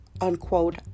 unquote